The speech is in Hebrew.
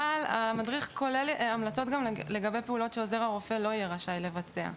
המדריך כולל גם המלצות לגבי פעולות שעוזר הרופא לא יהיה רשאי לבצע,